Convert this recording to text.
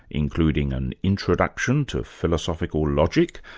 including an introduction to philosophical logic,